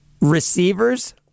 receivers